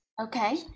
Okay